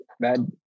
bad